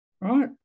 right